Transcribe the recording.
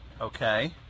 Okay